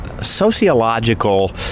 sociological